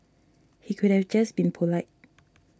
he could have just been polite